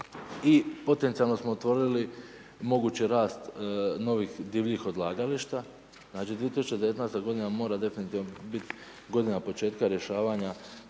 potencijalno smo otvorili mogući rast novih divljih odlagališta. Znači 2019. godina nam mora definitivno biti godina početka rješavanja